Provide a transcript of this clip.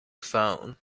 phone